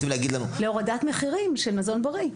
להורדת מחירים של מזון בריא.